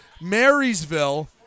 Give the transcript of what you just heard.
Marysville